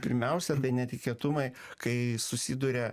pirmiausia tai netikėtumai kai susiduria